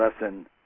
lesson